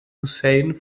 hussein